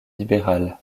libéral